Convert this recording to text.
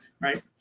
Right